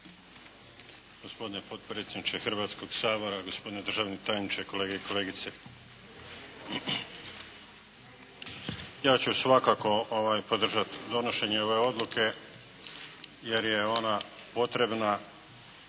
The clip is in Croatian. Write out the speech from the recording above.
Gospodine potpredsjedniče Hrvatskoga sabora, gospodine državni tajniče, kolege i kolegice. Ja ću svakako podržati donošenje ove odluke jer je ona potrebna